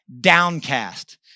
downcast